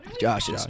Josh